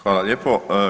Hvala lijepo.